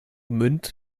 gmünd